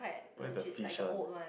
but it's a fish one